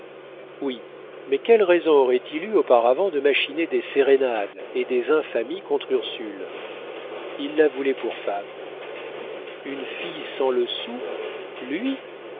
oui mais quelle raison aurait-il eue auparavant de machiner des sérénades et des infamies contre ursule il la voulait pour femme une fille sans le sou lui